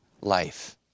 life